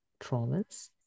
traumas